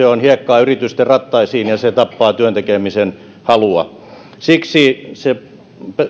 on hiekkaa yritysten rattaisiin ja se tappaa työn tekemisen halua siksi se